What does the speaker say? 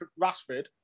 Rashford